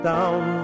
Down